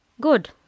good